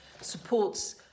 supports